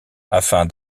afin